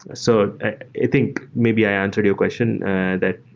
ah so i think maybe i answered your question that,